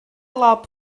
lob